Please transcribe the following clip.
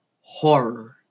horror